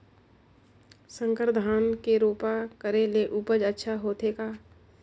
संकर धान के रोपा करे ले उपज अच्छा होथे का?